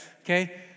Okay